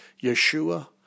Yeshua